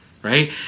Right